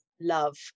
love